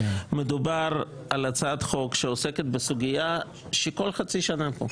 מדובר על הצעת חוק שעוסקת בסוגיה שכל חצי שנה פה,